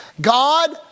God